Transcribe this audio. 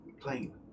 plane